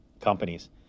companies